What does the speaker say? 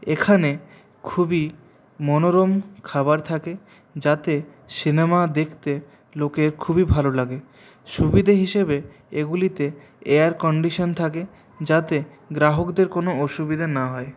এখানে খুবই মনোরম খাবার থাকে যাতে সিনেমা দেখতে লোকের খুবই ভালো লাগে সুবিধে হিসাবে এইগুলিতে এয়ার কন্ডিশান থাকে যাতে গ্রাহকদের কোনো অসুবিধা না হয়